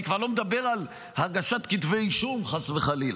אני כבר לא מדבר על הגשת כתבי אישום, חס וחלילה.